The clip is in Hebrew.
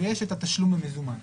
ויש את התשלום במזומן,